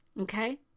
Okay